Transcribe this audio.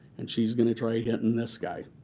and she's going to try to get in this guy,